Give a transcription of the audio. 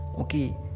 Okay